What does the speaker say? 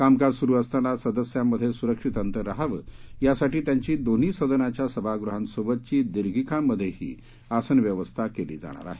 कामकाज सुरू असताना सदस्यांमध्ये सुरक्षित अंतर रहावं यासाठी त्यांची दोन्ही सदनांच्या सभागृहांसोबतच दीर्घीकांमध्येही आसनव्यवस्था केली जाणार आहे